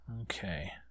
Okay